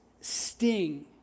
sting